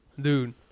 Dude